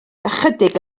ychydig